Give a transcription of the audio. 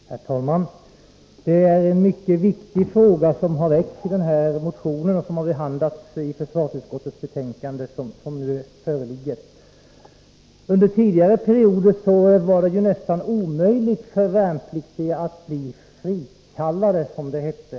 Herr talman! Det är en mycket viktig fråga som har väckts i den motion som behandlas i föreliggande betänkande från försvarsutskottet. Tidigare var det nästan omöjligt för värnpliktiga att bli frikallade, som det hette.